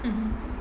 mmhmm